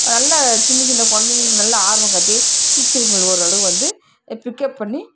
நல்ல சின்ன சின்ன குழந்தைகளுக்கு நல்ல ஆர்வம் காட்டி டீச்சர்ருங்கள் ஓரளவு வந்து பிக்அப் பண்ணி